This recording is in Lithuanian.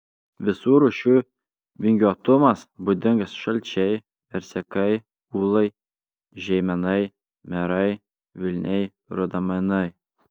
visų rūšių vingiuotumas būdingas šalčiai versekai ūlai žeimenai merai vilniai rudaminai